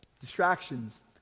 Distractions